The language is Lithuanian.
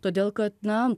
todėl kad na